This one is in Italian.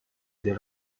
del